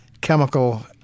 chemical